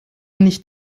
nicht